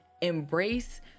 Embrace